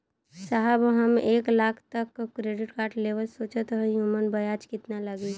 साहब हम एक लाख तक क क्रेडिट कार्ड लेवल सोचत हई ओमन ब्याज कितना लागि?